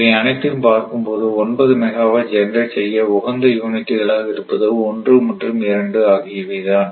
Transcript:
இவை அனைத்தையும் பார்க்கும் போது 9 மெகாவாட் ஜெனரேட் செய்ய உகந்த யூனிட்டுகள் ஆக இருப்பது 1 மற்றும் 2 ஆகியவை தான்